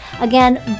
Again